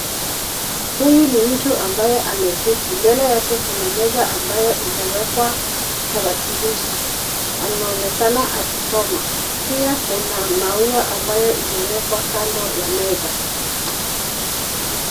Huyu ni mtu ambaye ameketi. Mbele yake kuna meza ambayo imewekwa tarakilishi. Anaonekana akisoma. Pia nkuna maua ambayo imewekwa kando ya meza.